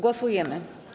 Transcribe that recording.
Głosujemy.